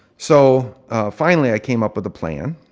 so finally i came up with a plan,